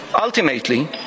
Ultimately